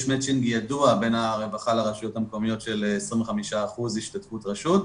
יש מצ'ינג ידוע בין הרווחה לרשויות המקומיות של 25% השתתפות רשות,